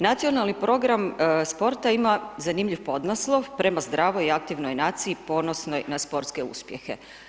Nacionalni program sporta ima zanimljiv podnaslov, prema zdravoj i aktivnoj naciji ponosni na sportske uspjehe.